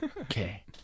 Okay